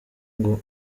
ngo